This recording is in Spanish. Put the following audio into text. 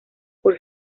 por